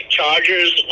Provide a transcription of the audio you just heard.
Chargers